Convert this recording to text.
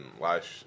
last